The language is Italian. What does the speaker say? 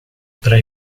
tra